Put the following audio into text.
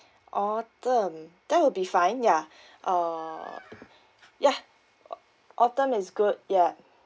autumn that will be fine yeah uh yeah autumn is good ya